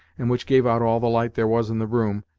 and which gave out all the light there was in the room,